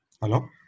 Hello